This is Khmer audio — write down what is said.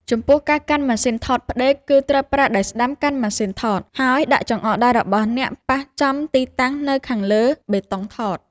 ចំពោះការកាន់ម៉ាស៊ីនថតផ្ដេក គឺត្រូវប្រើដៃស្តាំកាន់ម៉ាស៊ីនថត ហើយដាក់ចង្អុលដៃរបស់អ្នកប៉ះចំទីតាំងនៅខាងលើប៊ូតុងថត។